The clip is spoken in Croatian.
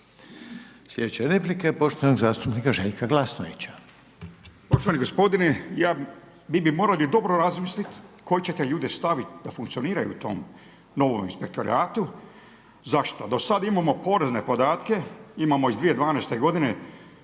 Slijedeća replike poštovanog zastupnika Željka Glasnovića.